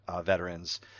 veterans